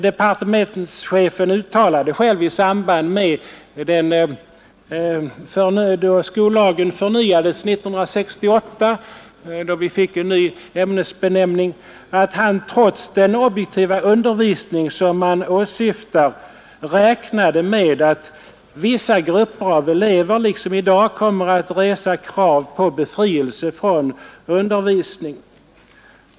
Departementschefen uttalade själv i samband med att skollagen förnyades år 1968, då vi fick en ny ämnesbenämning, att han trots den objektiva undervisning som man åsyftar räknade med att vissa grupper av elever liksom i dag kommer att resa krav på befrielse från undervisning.